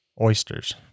oysters